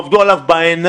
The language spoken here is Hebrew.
עבדו עליו בעיניים.